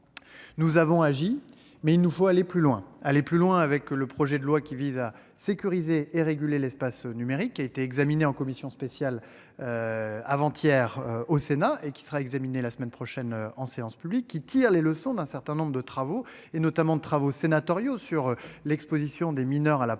Nous avons agi, mais il nous faut aller plus loin, aller plus loin avec le projet de loi qui vise à sécuriser et réguler l'espace numérique a été examiné en commission spéciale. Avant-hier au Sénat et qui sera examiné la semaine prochaine en séance publique qui tire les leçons d'un certain nombre de travaux et notamment de travaux sénatoriaux sur l'Exposition des mineurs à la pornographie